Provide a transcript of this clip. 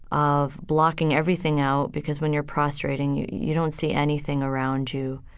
of blocking everything out, because when you're prostrating you, you don't see anything around you.